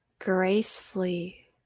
Gracefully